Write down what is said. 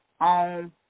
on